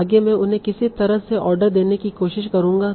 आगे मैं उन्हें किसी तरह से आर्डर देने की कोशिश करूंगा